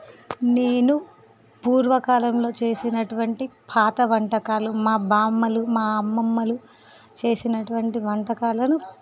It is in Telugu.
నేను పూర్వకాలంలో చేసినటువంటి పాత వంటకాలు మా బామ్మలు మా అమ్మమ్మలు చేసినటువంటి వంటకాలను